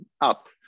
up